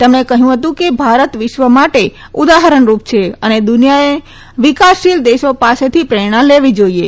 તેમણે કહયું હતું કે ભારત વિશ્વ માટે ઉદાહરણરૂપ છે અને દુનિયાએ વિકાસશીલ દેશો પાસેથી પ્રેરણા લેવી જોઈએ